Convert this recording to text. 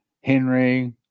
Henry